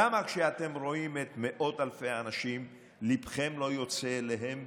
למה כשאתם רואים את מאות אלפי האנשים ליבכם לא יוצא אליהם?